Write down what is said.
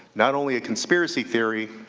not only a conspiracy theory,